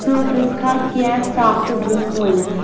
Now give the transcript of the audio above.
ژٕ ہیٚکھا کینٛہہ سافٹ ڈِرٛنٛک ؤنِتھ؟